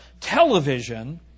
Television